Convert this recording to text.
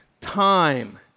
Time